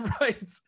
Right